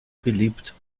beliebt